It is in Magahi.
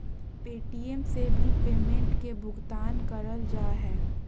पे.टी.एम से भी पेमेंट के भुगतान करल जा हय